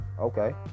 Okay